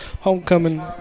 Homecoming